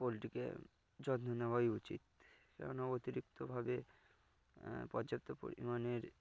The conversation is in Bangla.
পোলট্রীকে যত্ন নেওয়াই উচিত কেন অতিরিক্তভাবে পর্যাপ্ত পরিমাণের